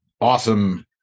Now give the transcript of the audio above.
awesome